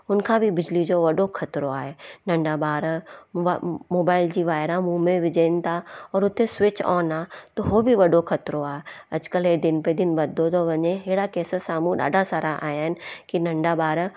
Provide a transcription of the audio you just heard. उनखां बि बिजली जो वॾो खतरो आहे नंढा ॿार मोबाइल जी वाइरा मूंहं में विझनि था और उते स्विच ऑन आहे त उहो बि वॾो ख़तरो आहे अॼुकल्ह इहे दिन पे दिन वधंदो थो वञे अहिड़ा केस साम्हूं ॾाढा सारा आया आहिनि की नंढा ॿार